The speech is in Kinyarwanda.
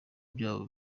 byabo